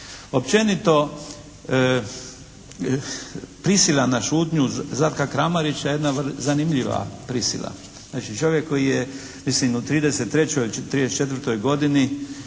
Općenito prisila na šutnju Zlatka Kramarića jedna je zanimljiva prisila. Znači čovjek koji je mislim u 33., 34. godini